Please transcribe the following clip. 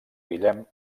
guillem